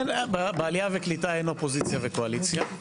בעלייה וקליטה אין אופוזיציה וקואליציה,